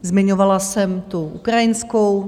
Zmiňovala jsem tu ukrajinskou.